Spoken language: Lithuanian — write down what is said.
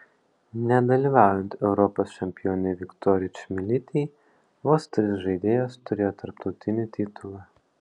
nedalyvaujant europos čempionei viktorijai čmilytei vos trys žaidėjos turėjo tarptautinį titulą